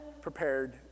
prepared